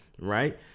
right